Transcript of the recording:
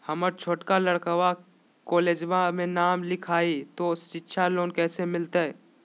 हमर छोटका लड़कवा कोलेजवा मे नाम लिखाई, तो सिच्छा लोन कैसे मिलते?